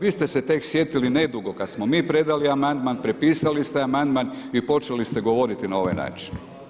Vi ste se tek sjetili tek nedugo kada smo mi predali Amandman, prepisali ste Amandman i počeli ste govoriti na ovaj način.